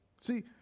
See